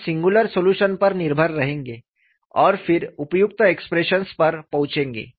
हम singular solution पर निर्भर करेंगे और फिर उपयुक्त एक्सप्रेशंस पर पहुंचेंगे